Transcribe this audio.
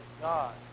God